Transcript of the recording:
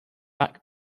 back